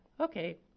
Okay